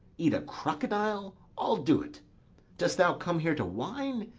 eat a crocodile? i'll do't dost thou come here to whine?